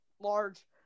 large